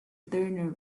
turner